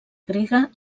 grega